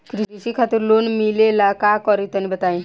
कृषि खातिर लोन मिले ला का करि तनि बताई?